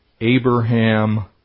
Abraham